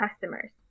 customers